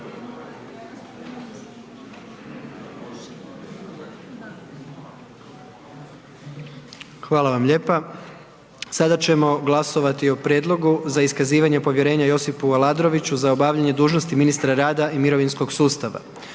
Hvala vam lijepa, sada ćemo glasovati o: - Prijedlog za iskazivanje povjerenja Josipu Aladroviću za obavljanje dužnosti ministra rada i mirovinskog sustava